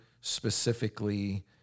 specifically